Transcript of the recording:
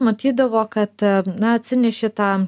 matydavo kad na atsineši tą